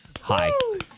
Hi